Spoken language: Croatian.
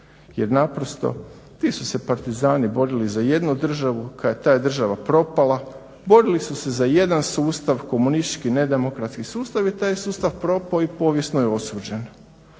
jer naprosto ti su se Partizani borili za jednu državu, ta je država propala, borili su se za jedan sustav, komunistički ne demokratski sustav i taj je sustav propao i povijesno je osuđen.